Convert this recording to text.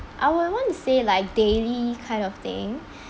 I will want to say like daily kind of thing